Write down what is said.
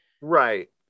Right